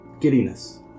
giddiness